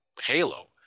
halo